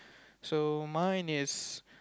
so mine is